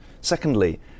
secondly